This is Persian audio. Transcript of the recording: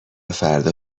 فردا